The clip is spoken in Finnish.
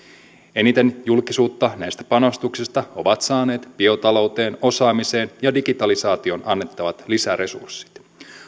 eniten julkisuutta näistä panostuksista ovat saaneet biotalouteen osaamiseen ja digitalisaatioon annettavat lisäresurssit